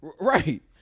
Right